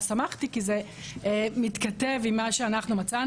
"שמחתי" שזה מתכתב עם מה שמצאנו.